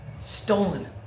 Stolen